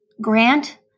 Grant